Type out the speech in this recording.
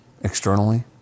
externally